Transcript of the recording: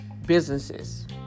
businesses